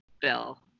bill